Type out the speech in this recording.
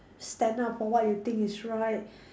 stand up for what you think is right